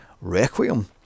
Requiem